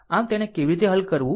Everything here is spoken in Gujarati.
આમ તેને કેવી રીતે હલ કરવું